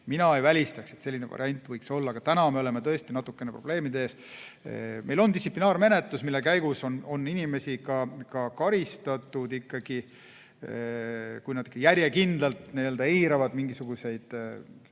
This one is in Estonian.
Mina ei välistaks, et selline variant võiks olla, aga praegu me oleme tõesti natukene probleemide ees. Meil on distsiplinaarmenetlus, mille käigus on inimesi ka karistatud. Kui nad järjekindlalt eiravad mingisuguseid